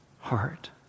heart